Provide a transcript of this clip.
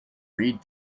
read